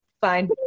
fine